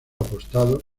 apostado